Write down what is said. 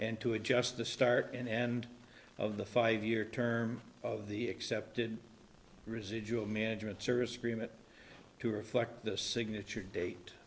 and to adjust the start and end of the five year term of the accepted residual management service agreement to reflect the signature date